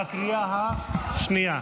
בקריאה השנייה.